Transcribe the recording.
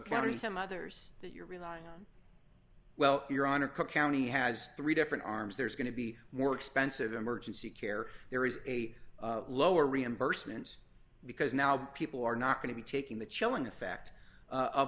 county some others that you're relying on well your honor cook county has three different arms there's going to be more expensive emergency care there is a lower reimbursement because now people are not going to be taking the chilling effect of